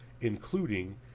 including